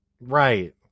Right